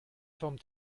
forme